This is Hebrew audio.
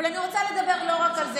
אבל אני רוצה לדבר לא רק על זה,